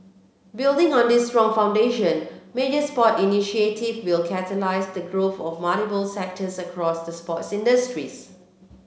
building on this strong foundation major sport initiative will catalyse the growth of multiple sectors across the sports industry